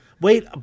Wait